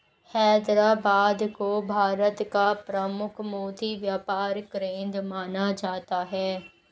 हैदराबाद को भारत का प्रमुख मोती व्यापार केंद्र माना जाता है